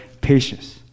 patience